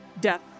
death